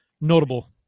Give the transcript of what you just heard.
notable